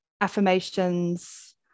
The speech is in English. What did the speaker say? affirmations